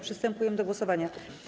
Przystępujemy do głosowania.